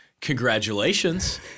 congratulations